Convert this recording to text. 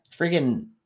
Freaking